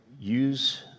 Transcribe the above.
use